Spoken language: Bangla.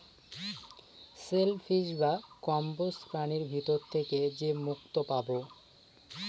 সেল ফিশ বা কম্বোজ প্রাণীর ভিতর থেকে যে মুক্তো পাবো